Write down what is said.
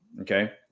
Okay